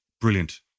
Brilliant